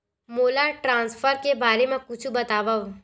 मोला ट्रान्सफर के बारे मा कुछु बतावव?